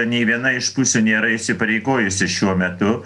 nei viena iš pusių nėra įsipareigojusi šiuo metu